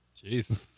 Jeez